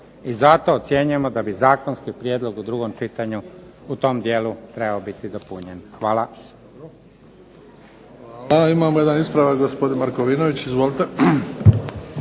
I zato ocjenjujemo da bi zakonski prijedlog u drugom čitanju u tom dijelu trebao biti dopunjen. Hvala.